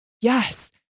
yes